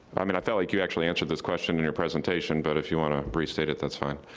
i mean, i felt like you actually answered this question in your presentation, but if you wanna restate it, that's fine.